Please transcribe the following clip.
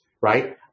right